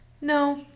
No